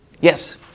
Yes